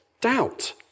doubt